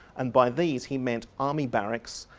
and by these he meant army barracks,